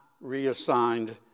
reassigned